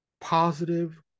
positive